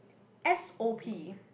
s_o_p